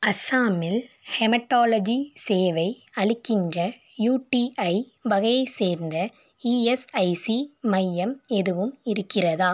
அஸ்ஸாமில் ஹெமடாலஜி சேவை அளிக்கின்ற யூடிஐ வகையை சேர்ந்த இஎஸ்ஐசி மையம் எதுவும் இருக்கிறதா